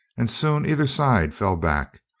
and soon either side fell back.